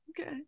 Okay